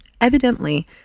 evidently